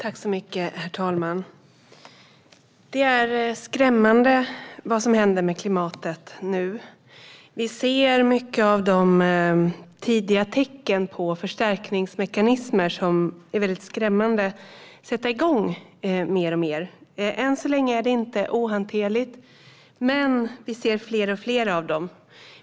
Herr talman! Det som nu händer med klimatet är skrämmande. Vi ser många tidiga tecken på att förstärkningsmekanismer som är mycket skrämmande sätts igång mer och mer. Än så länge är de inte ohanterliga, men vi ser fler och fler av dem.